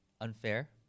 unfair